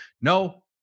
No